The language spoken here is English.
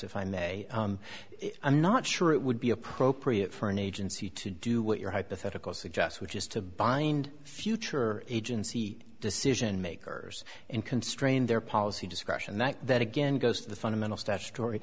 if i may i'm not sure it would be appropriate for an agency to do what your hypothetical suggests which is to bind future agency decision makers in constrained their policy discretion that that again goes to the fundamental statutory